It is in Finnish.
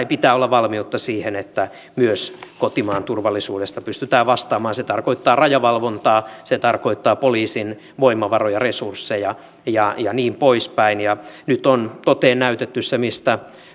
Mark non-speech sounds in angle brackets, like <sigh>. <unintelligible> pitää olla valmiutta siihen että myös kotimaan turvallisuudesta pystytään vastaamaan se tarkoittaa rajavalvontaa se tarkoittaa poliisin voimavaroja resursseja ja ja niin poispäin nyt on toteen näytetty se mistä